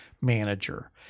manager